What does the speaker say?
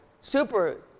super